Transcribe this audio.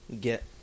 get